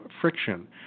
friction